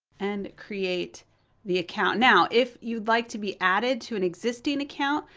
and create the account. now, if you'd like to be added to an existing account,